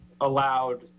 allowed